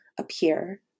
appear